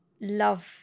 love